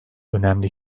önemli